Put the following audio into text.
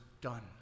done